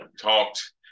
talked